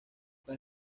las